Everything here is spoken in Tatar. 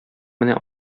менә